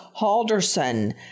Halderson